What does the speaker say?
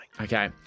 Okay